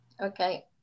okay